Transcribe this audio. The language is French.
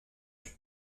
vue